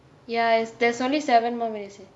ya there's only seven more minutes